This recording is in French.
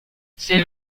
ces